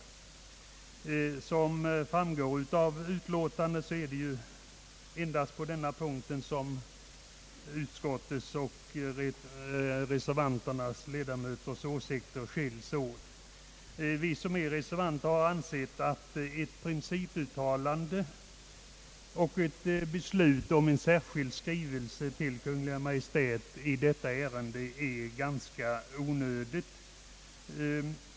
Som framgår av utskottsutlåtandet och som jag redan sagt är det ju endast på denna punkt, som utskottsmajoritetens åsikt skiljer sig från reservanternas. Vi reservanter har ansett att ett principuttalande och ett beslut om en särskild skrivelse till Kungl. Maj:t i detta ärende är någonting ganska onödigt.